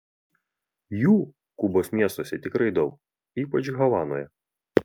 jų kubos miestuose tikrai daug ypač havanoje